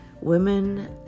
women